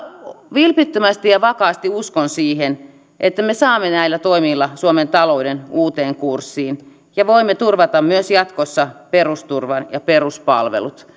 vilpittömästi ja vakaasti uskon siihen että me saamme näillä toimilla suomen talouden uuteen kurssiin ja voimme turvata myös jatkossa perusturvan ja peruspalvelut